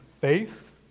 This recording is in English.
Faith